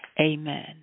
Amen